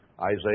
Isaiah